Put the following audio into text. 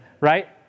right